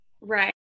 right